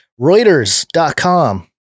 Reuters.com